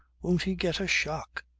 won't he get a shock,